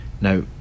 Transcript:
Now